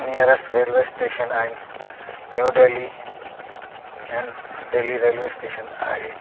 nearest railway station आहिनि New Delhi and Delhi railway station आहे